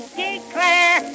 declare